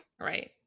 right